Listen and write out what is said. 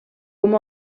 com